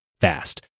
fast